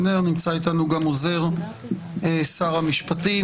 נמצא איתנו גם עוזר שר המשפטים.